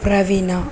Praveena